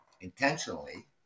intentionally